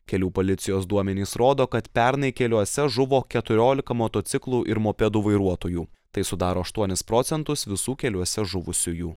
kelių policijos duomenys rodo kad pernai keliuose žuvo keturiolika motociklų ir mopedų vairuotojų tai sudaro aštuonis procentus visų keliuose žuvusiųjų